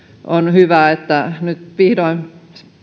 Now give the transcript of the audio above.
on hyvä että nyt vihdoin